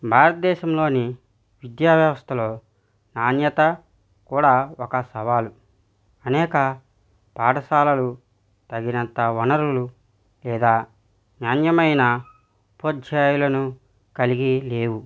భారత దేశంలోని విద్యావ్యవస్థలో నాణ్యత కూడా ఒక సవాలు అనేక పాఠశాలలు తగినంత వనరులు లేదా నాణ్యమైన ఉపాధ్యాయులను కలిగి లేవు